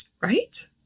right